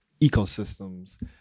ecosystems